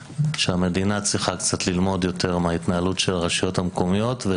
המדינה צריכה קצת ללמוד יותר מההתנהלות של הרשויות המקומיות,